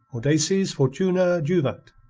audaces fortuna juvat.